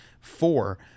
four